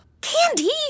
Candy